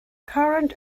current